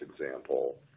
example